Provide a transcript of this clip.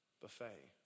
buffet